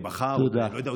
מחר או אני לא יודע,